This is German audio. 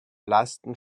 lasten